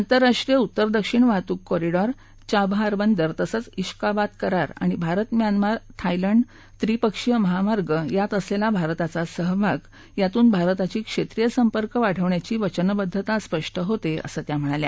आंतराष्ट्रीय उत्तर दक्षिण वाहतूक कॉरिडॉर चाबहार बंदर तसंच वैकाबाद करार आणि भारत म्यानमार थायलंड त्रिपक्षीय महामार्ग यात असलेली भारताचा सहभाग यातून भारताची क्षश्रीय संपर्क वाढवण्याची वचनबद्धता स्पष्ट होता असं त्या म्हणाल्या